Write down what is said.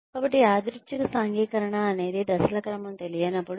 కాబట్టి యాదృచ్ఛిక సాంఘికీకరణ అనేది దశల క్రమం తెలియనపుడు